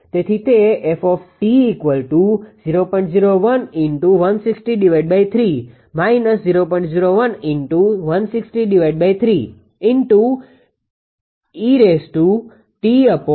તેથી તે છે